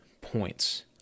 points